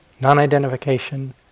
non-identification